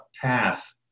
path